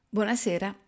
Buonasera